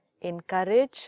Encourage